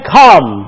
come